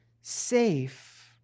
safe